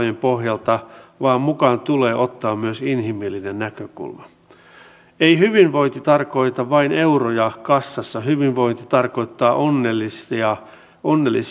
niin opposition kuin hallituksenkin edustajat ovat tiukasti tämän hankkeen takana